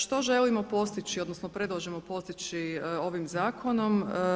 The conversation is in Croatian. Što želimo postići odnosno predlažemo postići ovim zakonom?